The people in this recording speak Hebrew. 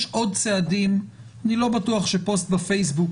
עוד צעדים אני לא בטוח שפוסט בפייסבוק